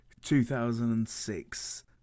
2006